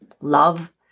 love